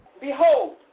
behold